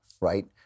right